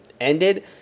ended